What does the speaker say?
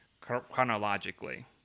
chronologically